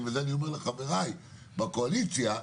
זה בסך הכל אמור לשנות להם את החיים.